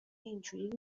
اینجوری